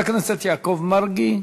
חבר הכנסת יעקב מרגי,